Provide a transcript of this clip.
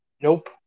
Nope